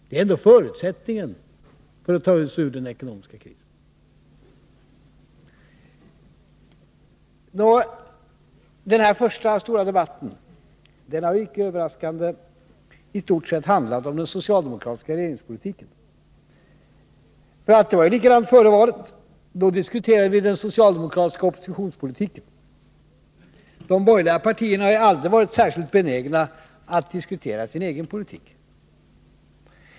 Det är ändå förutsättningen för att ta oss ur den ekonomiska krisen. Den här första debatten efter valet har icke överraskande i stort sett handlat om den socialdemokratiska regeringspolitiken. Det var likadant före valet. Då diskuterade vi den socialdemokratiska oppositionspolitiken. De borgerliga partierna har aldrig varit särskilt benägna att diskutera sin egen politik.